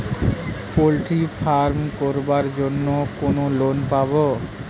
Poultry farm করার জন্য কোন লোন পাব?